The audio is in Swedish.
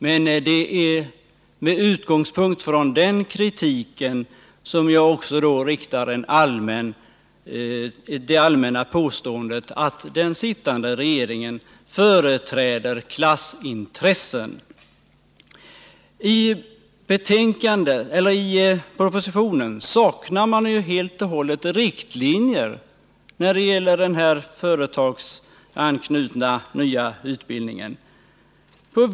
Men det är med utgångspunkt i den kritiken som jag rent allmänt påstår att den sittande regeringen företräder klassintressen. I propositionen saknas helt och hållet riktlinjer för den nya, företagsanknutna utbildningen.